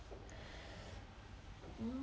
mm